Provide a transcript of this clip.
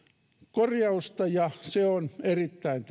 korjausta ja se on erittäin